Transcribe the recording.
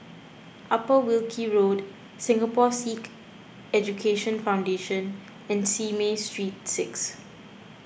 Upper Wilkie Road Singapore Sikh Education Foundation and Simei Street six